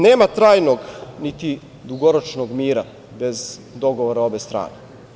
Nema trajnog niti dugoročnog mira bez dogovora obe strane.